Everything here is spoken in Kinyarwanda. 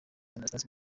anastase